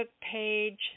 page